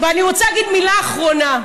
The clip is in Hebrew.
אני רוצה להגיד מילה אחרונה,